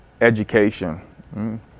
education